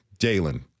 Jalen